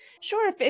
sure